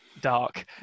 dark